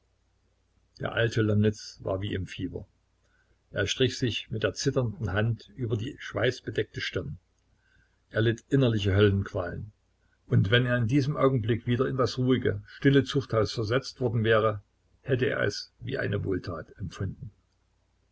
der alte lomnitz war wie im fieber er strich sich mit der zitternden hand über die schweißbedeckte stirn er litt innerlich höllenqualen und wenn er in diesem augenblick wieder in das ruhige stille zuchthaus versetzt worden wäre hätte er es wie eine wohltat empfunden